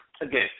Again